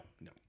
no